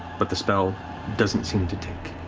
but the spell doesn't seem to take.